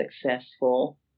successful